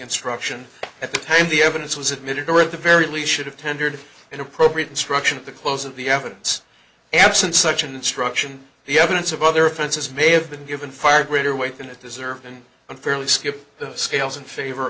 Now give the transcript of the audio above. instruction at the time the evidence was admitted or at the very least should have tendered an appropriate instruction at the close of the evidence absent such an instruction the evidence of other offenses may have been given fire greater weight than it deserved and unfairly skew the scales in favor